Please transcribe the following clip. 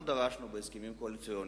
אנחנו דרשנו בהסכמים הקואליציוניים,